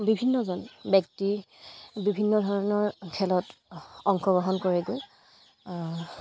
বিভিন্নজন ব্যক্তি বিভিন্ন ধৰণৰ খেলত অংশগ্ৰহণ কৰেগৈ